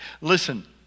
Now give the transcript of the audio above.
Listen